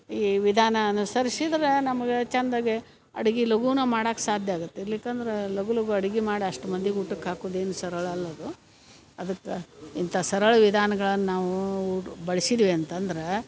ಈ ವಿಧಾನ ಅನುಸರಿಶಿದ್ರ ನಮ್ಗೆ ಚಂದಗೆ ಅಡಿಗಿ ಲಘೂನ ಮಾಡಕ್ಕೆ ಸಾಧ್ಯ ಆಗತ್ತೆ ಇರ್ಲಿಕಂದ್ರ ಲಗು ಲಘು ಅಡ್ಗಿ ಮಾಡಿ ಅಷ್ಟು ಮಂದಿಗೆ ಊಟಕ್ಕೆ ಹಾಕೋದು ಏನು ಸರಳ ಅಲ್ಲ ಅದು ಅದಕ್ಕ ಇಂಥ ಸರಳ ವಿಧಾನಗಳನ್ನ ನಾವು ಬಳಸಿದ್ವಿ ಅಂತಂದ್ರೆ